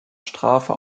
strafe